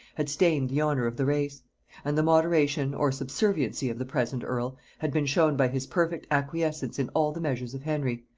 had stained the honor of the race and the moderation or subserviency of the present earl had been shown by his perfect acquiescence in all the measures of henry,